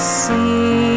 see